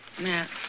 Matt